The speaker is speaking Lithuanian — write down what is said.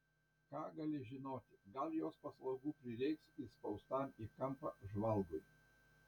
ką gali žinoti gal jos paslaugų prireiks įspaustam į kampą žvalgui